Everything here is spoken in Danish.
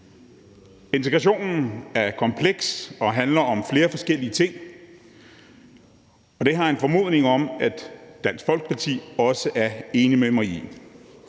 Integration er kompleks og handler om flere forskellige ting. Og det har jeg en formodning om at Dansk Folkeparti også er enig med mig i.